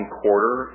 quarter